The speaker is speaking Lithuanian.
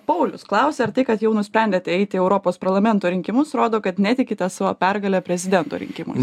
paulius klausia ar tai kad jau nusprendėte eiti į europos parlamento rinkimus rodo kad netikite savo pergale prezidento rinkimųos